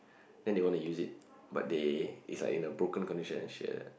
then they wanna use it but they is like in a broken condition and share